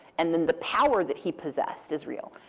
and then the power that he possessed is real.